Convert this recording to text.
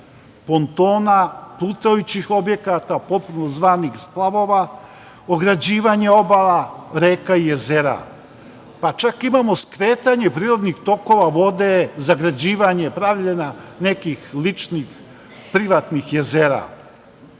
pontona, plutajućih objekata, popularno zvanih splavova, ograđivanje obala, reka i jezera, pa čak imamo skretanje prirodnih tokova vode, zagrađivanje, pravljenja nekih ličnih privatnih